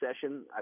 session